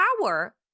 power